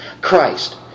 Christ